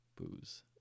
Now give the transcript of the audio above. booze